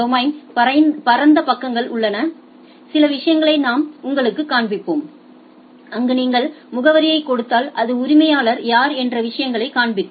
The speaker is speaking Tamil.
டொமைன் பரந்த பக்கங்கள் உள்ளன சில விஷயங்களை நாங்கள் உங்களுக்குக் காண்பிப்போம் அங்கு நீங்கள்முகவரியைக் கொடுத்தால் அது உரிமையாளர் யார் என்ற விஷயங்களைக் காண்பிக்கும்